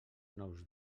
nous